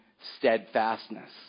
steadfastness